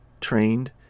trained